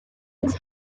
its